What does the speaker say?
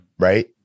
right